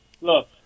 look